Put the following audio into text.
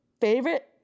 favorite